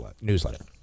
newsletter